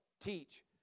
teach